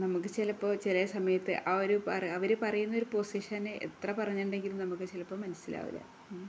നമുക്ക് ചിലപ്പോള് ചിലസമയത്ത് ആ ഒരു അവര് പറയുന്നൊരു പൊസിഷന് എത്ര പറഞ്ഞിട്ടുണ്ടെങ്കിലും നമുക്ക് ചിലപ്പോള് മനസ്സിലാകില്ല ഉം